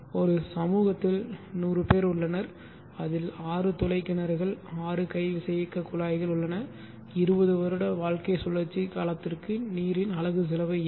ஒரு சமூகத்தில் 100 பேர் உள்ளனர் அதில் 6 துளை கிணறுகள் 6 கை விசையியக்கக் குழாய்கள் உள்ளன 20 வருட வாழ்க்கை சுழற்சி காலத்திற்கு நீரின் அலகு செலவு என்ன